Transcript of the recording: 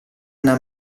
una